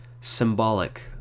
symbolic